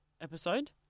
episode